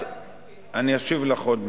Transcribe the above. אני אשיב לך עוד מעט.